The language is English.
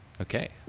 Okay